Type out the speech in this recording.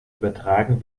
übertragen